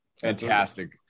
Fantastic